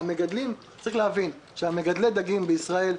צריך להבין שמגדלי הדגים בישראל: